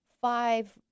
five